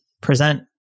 present